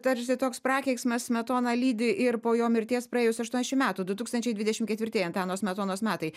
tarsi toks prakeiksmas smetoną lydi ir po jo mirties praėjus aštuoniasdešim metų du tūkstančiai dvidešim ketvirtieji antano smetonos metai